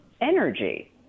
energy